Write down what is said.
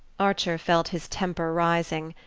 archer felt his temper rising.